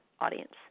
audience